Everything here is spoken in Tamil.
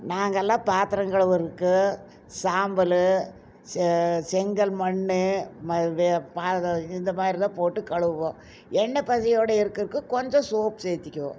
நாங்கெல்லாம் பாத்திரம் கழுவுறதுக்கு சாம்பல் செ செங்கல் மண் பாரு இந்த மாதிரிலாம் போட்டு கழுவுவோம் எண்ணெ பசையோட இருக்கிறதுக்கு கொஞ்சம் சோப்பு சேர்த்துக்கிவோம்